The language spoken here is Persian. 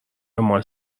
اعمال